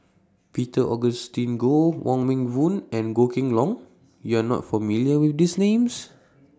Peter Augustine Goh Wong Meng Voon and Goh Kheng Long YOU Are not familiar with These Names